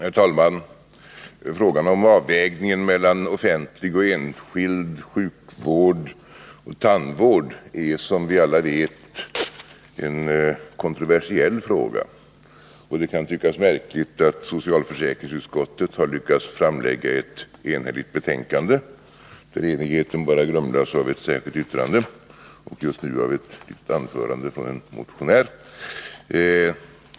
Herr talman! Frågan om avvägningen mellan offentlig och enskild sjukvård resp. tandvård är som vi alla vet kontroversiell. Det kan tyckas märkligt att socialförsäkringsutskottet har lyckats framlägga ett enhälligt betänkande. Enigheten grumlas bara av ett särskilt yttrande och av ett anförande här av en motionär.